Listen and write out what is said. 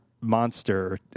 monster